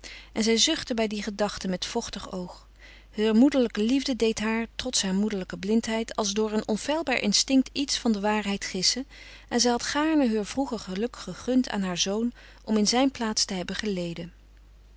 en zij zuchtte bij die gedachte met vochtig oog heur moederlijke liefde deed haar trots haar moederlijke blindheid als door een onfeilbaar instinct iets van de waarheid gissen en zij had gaarne heur vroeger geluk gegund aan haar zoon om in zijn plaats te hebben geleden